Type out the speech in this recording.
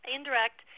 Indirect